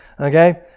okay